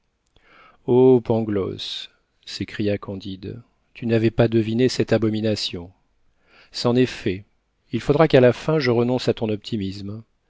pangloss s'écria candide tu n'avais pas deviné cette abomination c'en est fait il faudra qu'à la fin je renonce à ton optimisme